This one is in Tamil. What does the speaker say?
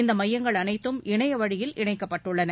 இந்த மையங்கள் அனைத்தும் இணையவழியில் இணைக்கப்பட்டுள்ளன